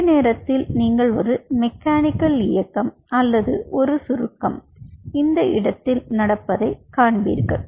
ஒரே நேரத்தில் நீங்கள் ஒரு மெக்கானிக்கல் இயக்கம் அல்லது ஒரு சுருக்கம் இந்த இடத்தில நடப்பதைக் காண்பீர்கள்